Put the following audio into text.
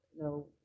no